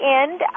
end